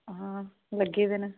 ਹਾਂ ਲੱਗੇ ਵੇ ਨੇ